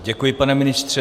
Děkuji, pane ministře.